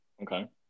Okay